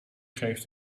geeft